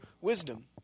wisdom